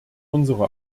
unsere